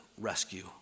rescue